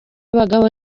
bagabo